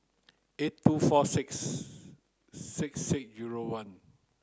eight two four six six six zero one